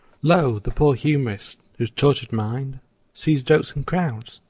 lo! the poor humorist, whose tortured mind see jokes in crowds,